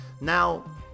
now